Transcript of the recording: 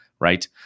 right